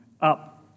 up